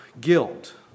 guilt